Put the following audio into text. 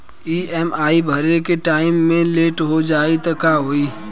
EMI भरे के time मे लेट हो जायी त का होई?